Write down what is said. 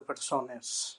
persones